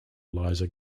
eliza